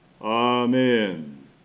Amen